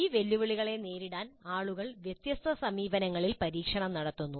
ഈ വെല്ലുവിളികളെ നേരിടാൻ ആളുകൾ വ്യത്യസ്ത സമീപനങ്ങളിൽ പരീക്ഷണം നടത്തുന്നു